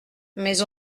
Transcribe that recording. mais